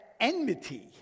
enmity